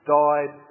died